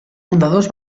fundadors